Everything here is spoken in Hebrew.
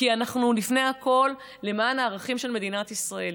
כי אנחנו לפני הכול למען הערכים של מדינת ישראל,